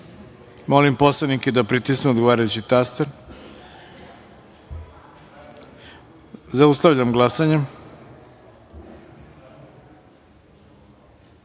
reda. Molim poslanike da pritisnu odgovarajući taster. Zaustavljam glasanje: